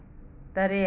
ꯇꯔꯦꯠ